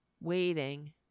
waiting